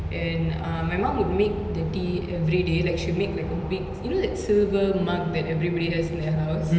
and uh my mum would make the tea everyday like she will make like a big you know that silver mug that everybody has in their house